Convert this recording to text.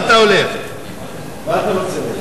אין ספק שמדובר בדוח חשוב בנושא חשוב.